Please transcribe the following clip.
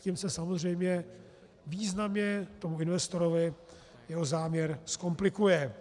Tím se samozřejmě významně investorovi jeho záměr zkomplikuje.